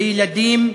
לילדים עניים?